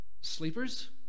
sleepers